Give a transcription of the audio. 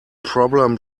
problem